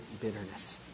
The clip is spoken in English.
bitterness